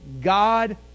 God